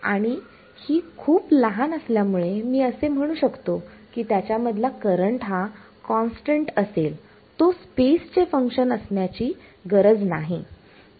आणि हि खूप लहान असल्यामुळे मी असे म्हणू शकतो की त्याच्यामधला करंट हा कॉन्स्टंट असेल तो स्पेस चे फंक्शन असण्याची गरज नाही बरोबर